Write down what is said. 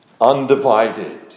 undivided